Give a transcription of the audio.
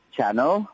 Channel